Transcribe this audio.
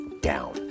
down